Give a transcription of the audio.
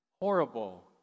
horrible